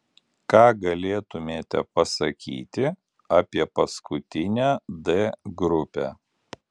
ką galėtumėte pasakyti apie paskutinę d grupę